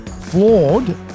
flawed